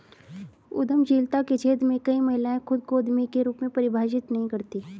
उद्यमशीलता के क्षेत्र में कई महिलाएं खुद को उद्यमी के रूप में परिभाषित नहीं करती